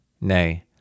Nay